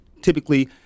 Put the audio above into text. typically